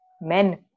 men